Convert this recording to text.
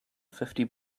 fifty